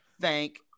thank